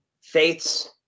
faiths